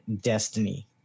Destiny